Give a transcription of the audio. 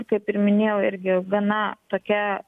kaip ir minėjau irgi gana tokia